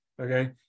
Okay